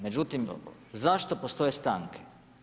Međutim, zašto postoje stanke?